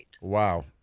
wow